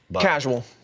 Casual